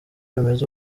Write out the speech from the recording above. bimeze